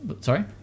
Sorry